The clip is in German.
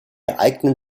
eignen